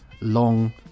long